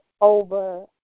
over